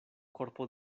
korpo